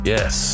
Yes